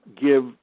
give